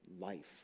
life